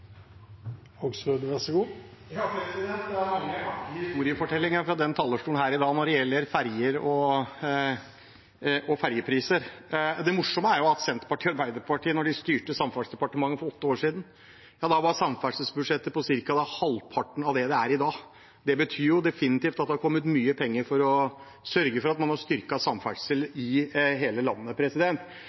historiefortellinger fra talerstolen her i dag når det gjelder ferger og fergepriser. Det morsomme er at da Senterpartiet og Arbeiderpartiet styrte Samferdselsdepartementet for åtte år siden, var samferdselsbudsjettet cirka halvparten av det det er i dag. Det betyr definitivt at det har kommet mye penger for å sørge for å styrke samferdsel i hele landet. I tillegg er det ikke slik at fylkeskommunene er sulteforet. Fylkene har fått ganske mye ekstra penger i